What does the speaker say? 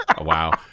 Wow